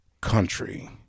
country